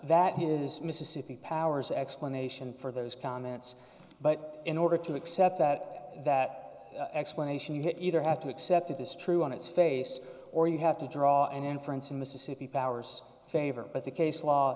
that his mississippi power's explanation for those comments but in order to accept that that explanation it either have to accept it is true on its face or you have to draw an inference in mississippi power's favor but the case law